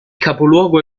capoluogo